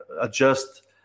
adjust